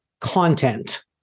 content